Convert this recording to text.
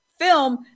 film